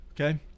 Okay